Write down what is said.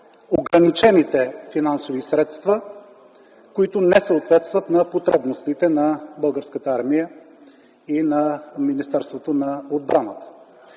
ограничените финансови средства, които не съответстват на потребностите на Българската армия и на Министерството на отбраната.